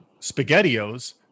spaghettios